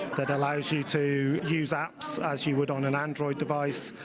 that allows you to use apps as you would on an android device.